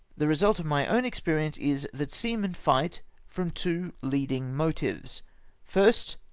the result of my own experience is, that seamen fight from two leading motives first.